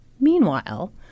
Meanwhile